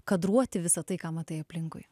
kadruoti visą tai ką matai aplinkui